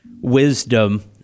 Wisdom